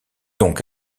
donc